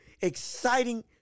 exciting